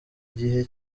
gihe